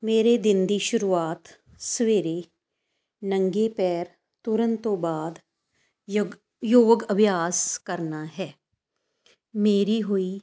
ਮੇਰੇ ਦਿਨ ਦੀ ਸ਼ੁਰੂਆਤ ਸਵੇਰੇ ਨੰਗੇ ਪੈਰ ਤੁਰਨ ਤੋਂ ਬਾਅਦ ਯੁਗ ਯੋਗ ਅਭਿਆਸ ਕਰਨਾ ਹੈ ਮੇਰੀ ਹੋਈ